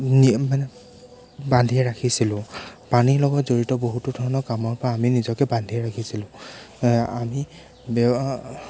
মানে বান্ধি ৰাখিছিলোঁ পানীৰ লগত জড়িত বহুতো ধৰণৰ কামৰ পৰা আমি নিজকে বান্ধি ৰাখিছিলোঁ আমি